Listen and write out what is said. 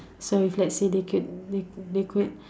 so if let's say they could they they could